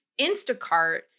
Instacart